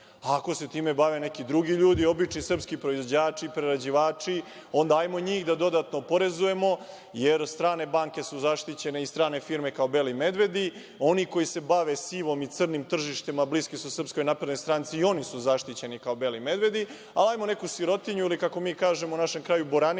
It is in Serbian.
Ako se time bave neki drugi ljudi, obični srpski proizvođači, prerađivači, onda ajmo njih da dodatno oporezujemo, jer strane banke su zaštićene i strane firme, kao beli medvedi. Oni koji se bave sivim i crnim tržištem, a bliski su SNS i oni su zaštićeni kao beli medvedi. A hajdemo neku sirotinju ili kako mi kažemo u našem kraju boraniju,